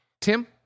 Tim